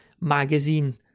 magazine